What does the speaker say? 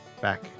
back